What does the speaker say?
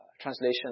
translation